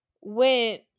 went